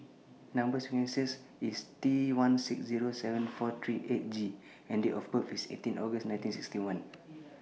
Number sequence IS T one six Zero seven four three eight G and Date of birth IS eighteen August nineteen sixty one